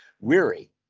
weary